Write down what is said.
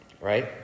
right